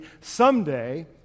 someday